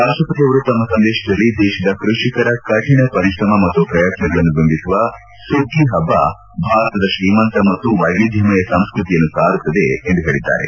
ರಾಷ್ಟಪತಿ ಅವರು ತಮ್ಮ ಸಂದೇಶದಲ್ಲಿ ದೇಶದ ಕೃಷಿಕರ ಕಠಿಣ ಪರಿಶ್ರಮ ಮತ್ತು ಪ್ರಯತ್ನಗಳನ್ನು ಬಿಂಬಿಸುವ ಸುಗ್ಗಿ ಹಬ್ಬ ಭಾರತದ ಶ್ರೀಮಂತ ಮತ್ತು ವೈವಿದ್ಯಮಯ ಸಂಸ್ಟತಿಯನ್ನು ಸಾರುತ್ತದೆ ಎಂದು ತಿಳಿಸಿದ್ದಾರೆ